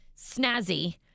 snazzy